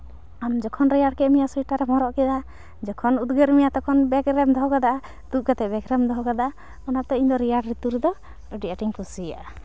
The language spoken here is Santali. ᱟᱢ ᱡᱚᱠᱷᱚᱱ ᱨᱮᱭᱟᱲ ᱠᱮᱫ ᱢᱮᱭᱟ ᱥᱳᱭᱮᱴᱟᱨᱮᱢ ᱦᱚᱨᱚᱜ ᱠᱮᱫᱟ ᱡᱚᱠᱷᱚᱱ ᱩᱫᱽᱜᱟᱹᱨ ᱢᱮᱭᱟ ᱛᱚᱠᱷᱚᱱ ᱵᱮᱜᱽ ᱨᱮᱢ ᱫᱚᱦᱚ ᱠᱟᱫᱟ ᱛᱩᱫ ᱠᱟᱛᱮᱫ ᱵᱮᱜᱽ ᱨᱮᱢ ᱫᱚᱦᱚ ᱠᱟᱫᱟ ᱚᱱᱟᱛᱮ ᱤᱧ ᱫᱚ ᱨᱮᱭᱟᱲ ᱨᱤᱛᱩ ᱨᱮᱫᱚ ᱟᱹᱰᱤ ᱟᱸᱴᱤᱧ ᱠᱩᱥᱤᱭᱟᱜᱼᱟ